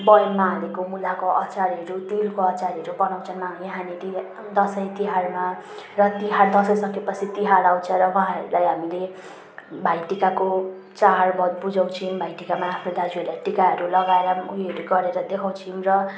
बयममा हालेको मुलाको अचारहरू तिलको अचारहरू बनाउँछन् नयाँ हामी दसैँ तिहारमा र तिहार दसैँ सकिएपछि तिहार आउँछ र उहाँहरूलाई हामीले भाइटिकाको चाड बुझाउँछौँ भाइ टिकामा आफ्नो दाजुहरूलाई टिकाहरू लगाएर ऊ योहरू गरेर देखाउछौँ र